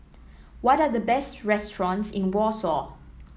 what are the best restaurants in Warsaw